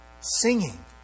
singing